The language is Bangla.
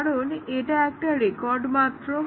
কারণ এটা একটা রেকর্ড মাত্র